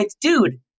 Dude